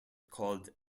called